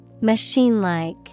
Machine-like